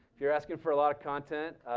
if you're asking for a lot of content,